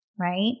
Right